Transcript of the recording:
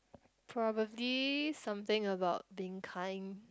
probably something about being kind